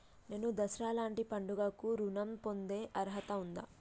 నేను దసరా లాంటి పండుగ కు ఋణం పొందే అర్హత ఉందా?